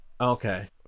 okay